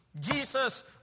Jesus